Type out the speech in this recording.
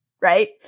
right